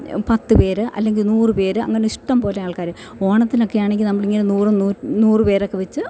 പത്ത് പേര് അല്ലെങ്കിൽ നൂറ് പേര് അങ്ങനെ ഇഷ്ടംപോലെ ആൾക്കാര് ഓണത്തിനൊക്കെ ആണെങ്കിൽ നമ്മളിങ്ങനെ നൂറും നൂറ് പേരൊക്കെ വെച്ച്